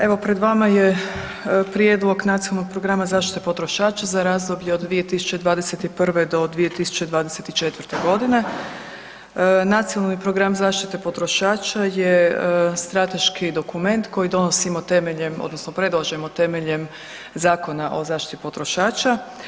Evo pred vama je Prijedlog nacionalnog programa zaštite potrošača za razdoblje od 2021.-2024.g. Nacionalni program zaštite potrošača je strateški dokument koji donosimo odnosno predlažemo temeljem Zakona o zaštiti potrošača.